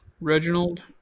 Reginald